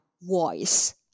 voice